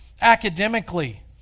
academically